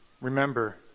Remember